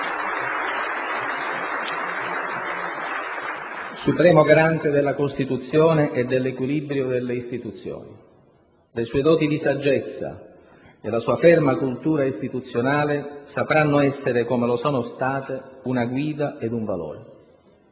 supremo garante della Costituzione e dell'equilibrio delle istituzioni. Le sue doti di saggezza e la sua ferma cultura istituzionale sapranno essere, come lo sono state, una guida ed un valore.